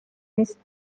نیست